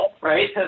right